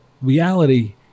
reality